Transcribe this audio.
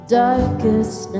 darkest